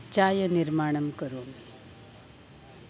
चायनिर्माणं करोमि